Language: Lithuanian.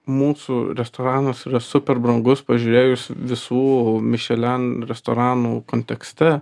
mūsų restoranas yra super brangus pažiūrėjus visų mišelen restoranų kontekste